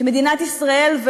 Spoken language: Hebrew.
שמדינת ישראל,